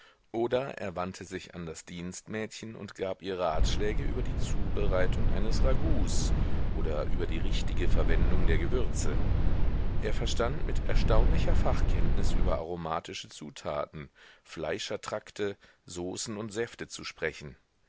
oder er wandte sich an das dienstmädchen und gab ihr ratschläge über die zubereitung eines ragouts oder über die richtige verwendung der gewürze er verstand mit erstaunlicher fachkenntnis über aromatische zutaten fleischertrakte saucen und säfte zu sprechen